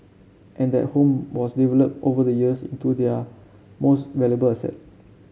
and that home was developed over the years into their most valuable asset